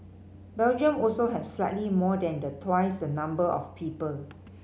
Belgium also has slightly more than the twice the number of people